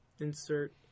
Insert